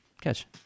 catch